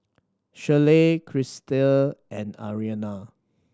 Schley Crystal and Ariana